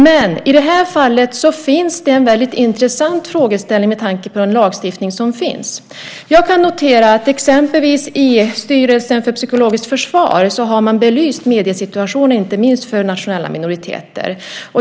Men här finns en intressant frågeställning med tanke på den lagstiftning som finns. Exempelvis har man i Styrelsen för psykologiskt försvar belyst mediesituationen för nationella minoriteter.